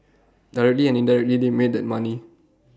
directly and indirectly they made that money